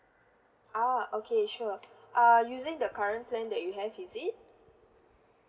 ah okay sure err using the current plan that you have is it